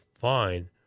fine